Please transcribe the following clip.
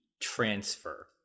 transfer